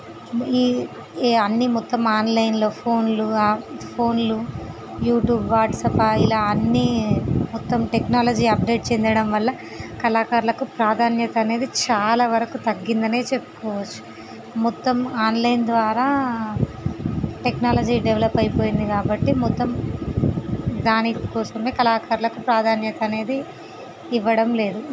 ఈ అన్నీ మొత్తం ఆన్లైన్లో ఫోన్లు ఫోన్లు యూట్యూబ్ వాట్సాప్ ఇలా అన్నీ మొత్తం టెక్నాలజీ అప్డేట్ చెందడం వల్ల కళాకారులకు ప్రాధాన్యత అనేది చాలా వరకు తగ్గింది అని చెప్పుకోవచ్చు మొత్తం ఆన్లైన్ ద్వారా టెక్నాలజీ డెవలప్ అయిపోయింది కాబట్టి మొత్తం దాని కోసం కళాకారులకు ప్రాధాన్యత అనేది ఇవ్వడం లేదు